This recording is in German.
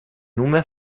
nunmehr